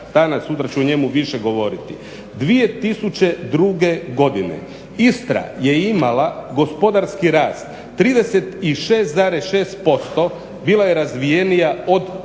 … sutra ću o njemu više govoriti. 2002. godine Istra je imala gospodarski rast 36,6%, bila je razvijenija od